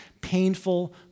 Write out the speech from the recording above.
painful